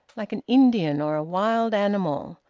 like an indian or a wild animal,